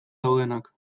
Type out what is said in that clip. daudenak